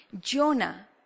Jonah